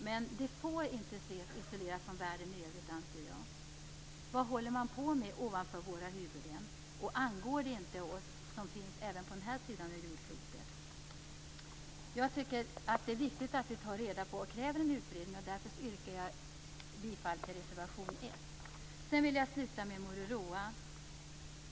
Men de får inte ses isolerade från världen i övrigt. Vad håller man på med ovanför våra huvuden? Angår det inte även oss som finns på den här sidan av jordklotet? Jag tycker att det är viktigt att vi tar reda på och kräver en utredning. Därför yrkar jag bifall till reservation 1. Sedan vill jag sluta med att tala om Moruroa.